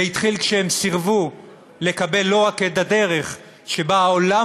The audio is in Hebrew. זה התחיל כשהם סירבו לקבל לא רק את הדרך שבה העולם